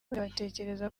batekereza